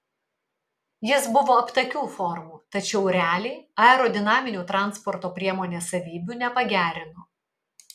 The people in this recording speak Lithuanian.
jis buvo aptakių formų tačiau realiai aerodinaminių transporto priemonės savybių nepagerino